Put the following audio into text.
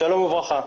שלום וברכה.